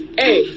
Hey